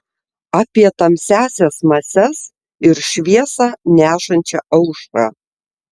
apie tamsiąsias mases ir šviesą nešančią aušrą